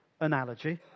analogy